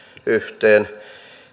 yhteen